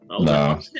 no